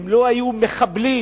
הם לא היו מחבלים,